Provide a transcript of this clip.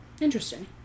Interesting